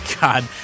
God